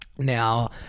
Now